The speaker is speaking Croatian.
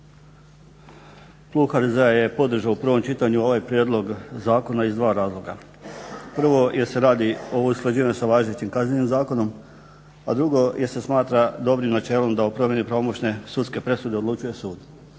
HDZ-a je podržao u prvom čitanju ovaj prijedlog zakona iz dva razloga. Prvo, jer se radi o usklađivanju sa važećim Kaznenim zakonom, a drugo jer se smatra dobrim načelom da … pravomoćne sudske presude odlučuje sud.